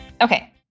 Okay